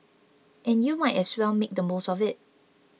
and you might as well make the most of it